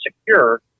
secure